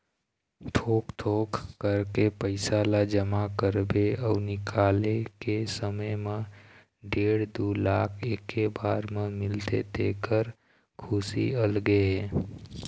थोक थोक करके पइसा ल जमा करबे अउ निकाले के समे म डेढ़ दू लाख एके बार म मिलथे तेखर खुसी अलगे हे